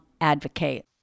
Advocate